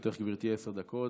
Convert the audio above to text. לרשותך, גברתי, עשר דקות,